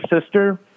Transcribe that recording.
sister